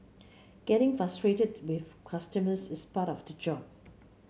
getting frustrated with customers is part of the job